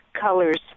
colors